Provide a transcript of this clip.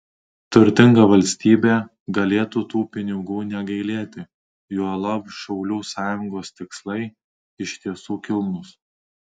turtinga valstybė galėtų tų pinigų negailėti juolab šaulių sąjungos tikslai iš tiesų kilnūs